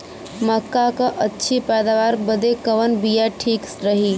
मक्का क अच्छी पैदावार बदे कवन बिया ठीक रही?